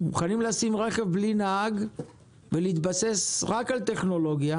מוכנים לשים רכב בלי נהג ולהתבסס רק על טכנולוגיה